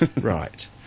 right